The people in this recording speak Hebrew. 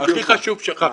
הכי חשוב שכחתי,